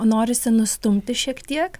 norisi nustumti šiek tiek